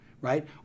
right